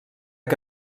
que